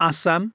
Assam